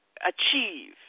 achieve